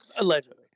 Allegedly